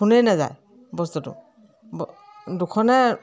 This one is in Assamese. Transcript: খুন্দাই নাযায় বস্তুটো দুখনে